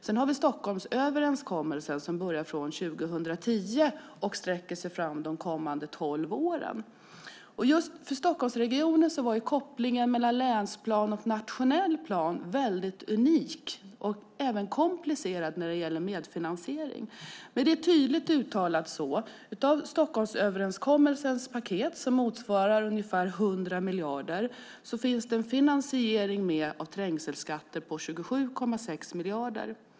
Sedan har vi Stockholmsöverenskommelsen som påbörjades 2010 och sträcker sig fram under de kommande tolv åren. För Stockholmsregionen var kopplingen mellan länsplan och nationell plan unik och även komplicerad när det gäller medfinansiering. Men det är tydligt uttalat att det i Stockholmsöverenskommelsens paket, som motsvarar ungefär 100 miljarder, finns en finansiering med i form av trängselskatter på 27,6 miljarder.